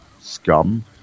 Scum